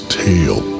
tale